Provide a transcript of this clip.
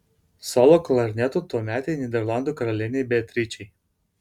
solo klarnetu tuometei nyderlandų karalienei beatričei